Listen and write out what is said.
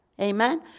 Amen